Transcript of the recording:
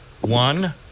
one